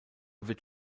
wird